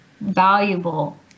valuable